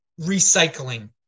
recycling